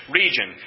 region